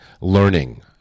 learning